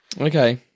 Okay